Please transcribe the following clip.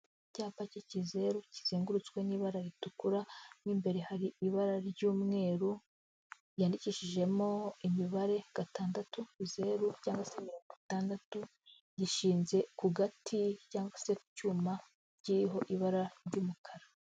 Icyapa cy'ikizeru kizengurutswe n'ibara ritukura, mo imbere hari ibara ry'umweru ryandikishijemo imibare gatandatu, zeru cyangwa se mirongo itandatu, gishinze ku gati cyangwa se ku cyuma kiriho ibara ry'umukara.